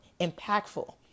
impactful